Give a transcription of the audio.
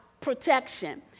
protection